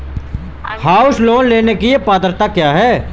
House loan लेने की पात्रता क्या है?